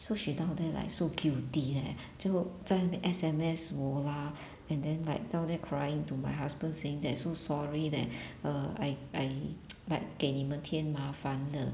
so she down there like so guilty eh 就在 S_M_S 我 lah and then like down there crying to my husband saying that so sorry that err I I like 给你们添麻烦了